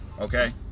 Okay